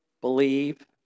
believe